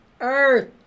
earth